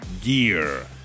gear